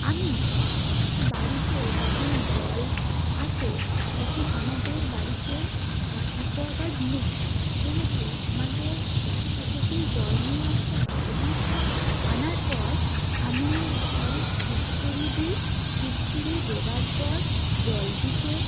আমি বাড়িতে যখন জল আসে তখন আমাদের বাড়িতে অ্যাকোয়াগার্ড নেই সেহেতু আমাদের রাস্তা থেকেই জল নিয়ে আসতে হয় এবং সেটা আনার পর আমি ঘরে ফিটকরি দিই ফিটকিরি দেওয়ার পর জলটিকে